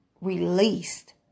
released